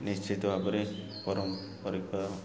ନିଶ୍ଚିତ ଭାବରେ ପାରମ୍ପରିକ